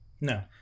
No